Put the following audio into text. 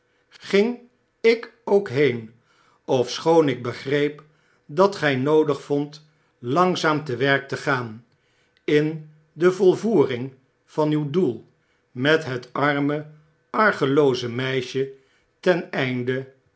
ging ik ook heen ofschoon ik begreep dat gy noodig vondt langzaam te werk te gaan in de volvoering van uw doel met het arme argelooze meisje ten einde